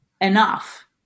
enough